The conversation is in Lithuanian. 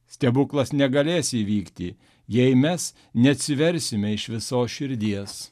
stebuklas negalės įvykti jei mes neatsiversime iš visos širdies